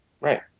Right